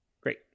Great